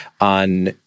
on